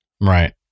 Right